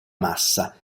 massa